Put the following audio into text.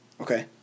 Okay